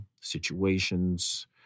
situations